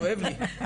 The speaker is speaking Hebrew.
כואב לי.